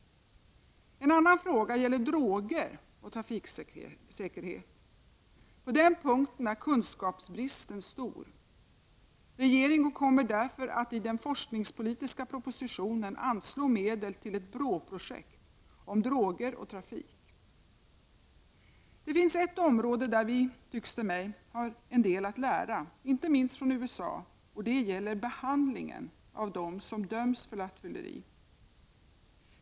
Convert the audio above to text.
En annan fråga gäller droger och trafiksäkerhet. På den punkten är kunskapsbristen stor. Regeringen kommer därför att i den forskningspolitiska propositionen anslå medel till ett BRÅ-projekt om droger och trafik. Det finns ett område där vi, tycks det mig, har en del att lära — inte minst från USA — nämligen när det gäller behandlingen av dem som döms för rattfylleri.